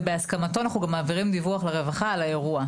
ובהסכמתו אנחנו גם מעבירים דיווח לרווחה על האירוע.